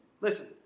listen